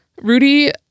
Rudy